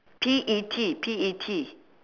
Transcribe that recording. P E T P E T